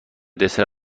دسر